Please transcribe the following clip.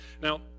Now